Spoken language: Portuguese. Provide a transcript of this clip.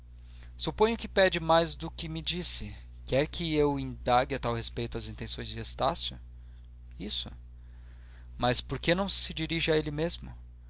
suponho que pede mais do que me disse quer que eu indague a tal respeito as intenções de estácio isso mas por que não se dirige a ele mesmo